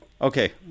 Okay